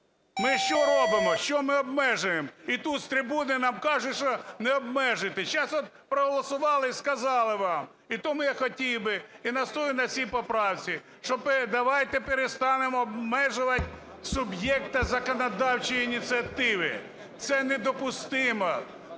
Ми що робимо? Що ми обмежуємо? І тут з трибуни нам кажуть, що не обмежуйте. Сейчас от проголосували і сказали вам. І тому я хотів би, і настоюю на цій поправці, що давайте перестанемо обмежувати суб'єкта законодавчої ініціативи. Це недопустимо